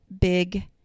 big